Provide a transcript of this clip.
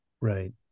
right